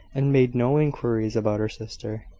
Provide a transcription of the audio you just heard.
and made no inquiries about her sister.